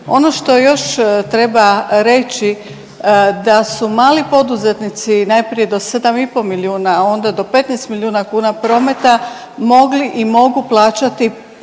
Ono što još treba reći da su mali poduzetnici najprije do 7,5 milijuna, a onda do 15 milijuna kuna prometa mogli i mogu plaćati